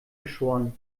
geschoren